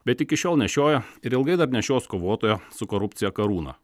bet iki šiol nešiojo ir ilgai dar nešios kovotojo su korupcija karūną